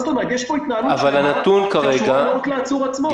יש פה התנהלות --- אבל הנתון כרגע --- גלעד,